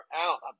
out